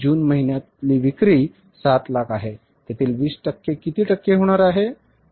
जून महिन्यात विक्री 7 लाख आहे त्यातील 20 टक्के किती टक्के होणार आहे